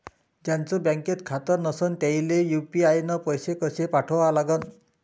ज्याचं बँकेत खातं नसणं त्याईले यू.पी.आय न पैसे कसे पाठवा लागन?